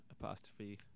apostrophe